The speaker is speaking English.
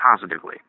positively